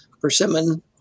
persimmon